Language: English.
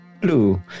Blue